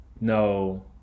no